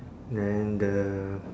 then the